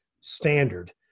standard